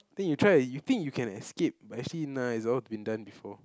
then you try you think you can escape but actually nah it's all been done before